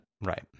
Right